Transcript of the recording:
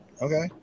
Okay